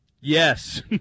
Yes